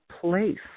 place